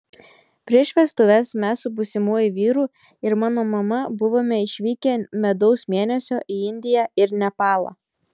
prieš vestuves mes su būsimuoju vyru ir mano mama buvome išvykę medaus mėnesio į indiją ir nepalą